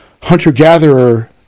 hunter-gatherer